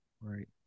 Right